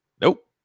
nope